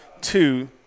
Two